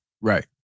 Right